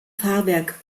fahrwerk